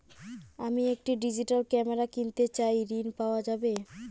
আমি একটি digital camera কিনতে চাই ঝণ পাওয়া যাবে?